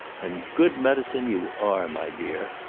and good medicine you are, my dear.